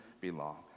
belong